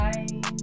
Bye